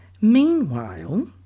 meanwhile